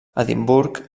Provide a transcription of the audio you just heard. edimburg